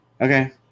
okay